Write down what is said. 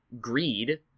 greed